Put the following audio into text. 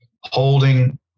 holding